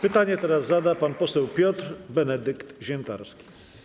Pytanie teraz zada pan poseł Piotr Benedykt Zientarski.